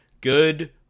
good